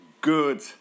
good